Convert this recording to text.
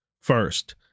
First